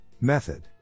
method